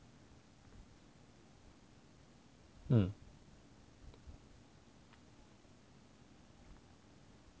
嗯